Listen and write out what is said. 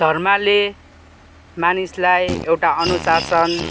धर्मले मानिसलाई एउटा अनुशासन